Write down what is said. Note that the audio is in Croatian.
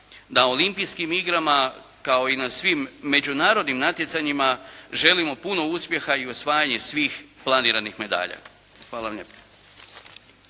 na olimpijskim igrama kao i na svim međunarodnim natjecanjima želimo puno uspjeha i osvajanje svih planiranih medalja. Hvala vam lijepo.